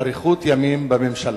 אריכות ימים בממשלה,